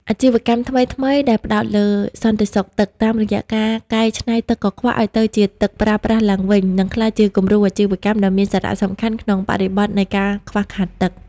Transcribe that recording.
អាជីវកម្មថ្មីៗដែលផ្ដោតលើ "សន្ដិសុខទឹក" តាមរយៈការកែច្នៃទឹកកខ្វក់ឱ្យទៅជាទឹកប្រើប្រាស់ឡើងវិញ នឹងក្លាយជាគំរូអាជីវកម្មដ៏មានសារៈសំខាន់ក្នុងបរិបទនៃការខ្វះខាតទឹក។